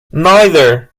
neither